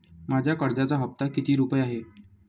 माझ्या कर्जाचा हफ्ता किती रुपये आहे?